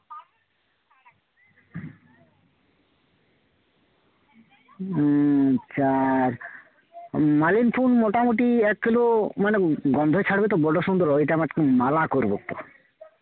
আচ্ছা আর মালিনী ফুল মোটামুটি এক কিলো মানে গন্ধ ছাড়বে তো বড়ো সুন্দর হয় ওইটা আমার মালা করবো একটু